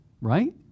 Right